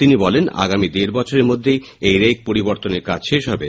তিনি বলেন আগামী দেড় বছরের মধ্যেই এই রেক পরিবর্তনের কাজ শেষ হবে